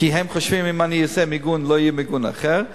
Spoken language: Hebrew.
כי הם חושבים שאם אני אעשה מיגון לא יהיה מיגון אחר.